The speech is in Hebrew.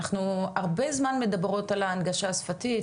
אנחנו הרבה זמן מדברות על ההנגשה השפתית,